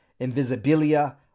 Invisibilia